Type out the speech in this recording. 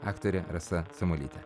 aktorė rasa samuolytė